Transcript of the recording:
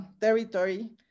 territory